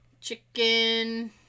Chicken